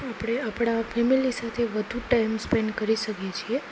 આપણે આપણા ફેમિલી સાથે વધુ ટાઇમ સ્પેન્ડ કરી શકીએ છીએ